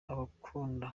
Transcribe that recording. abakunda